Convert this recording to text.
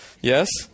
Yes